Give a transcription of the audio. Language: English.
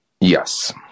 Yes